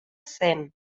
zen